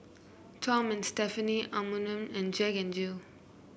Tom and Stephanie Anmum and Jack N Jill